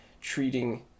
treating